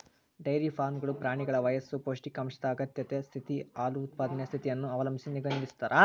dairy ಫಾರ್ಮ್ಗಳು ಪ್ರಾಣಿಗಳ ವಯಸ್ಸು ಪೌಷ್ಟಿಕಾಂಶದ ಅಗತ್ಯತೆ ಸ್ಥಿತಿ, ಹಾಲು ಉತ್ಪಾದನೆಯ ಸ್ಥಿತಿಯನ್ನು ಅವಲಂಬಿಸಿ ವಿಂಗಡಿಸತಾರ